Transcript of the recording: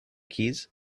keys